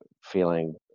feeling